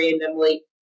randomly